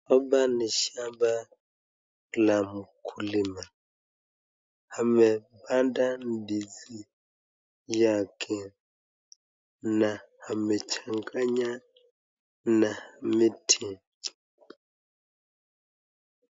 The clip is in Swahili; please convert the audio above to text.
Hapa ni shamba la mkulima. amepanda ndizi yake na amechanganya na miti.